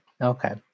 Okay